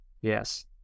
yes